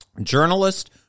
journalist